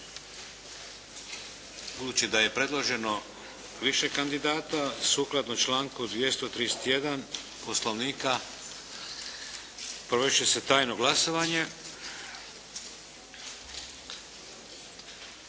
Budući da je predloženo više kandidata, sukladno članku 231. Poslovnika provest će se tajno glasovanje.